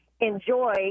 enjoy